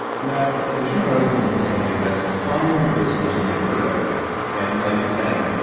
now the schumann resonance is something that some listeners may have heard of and like you're saying,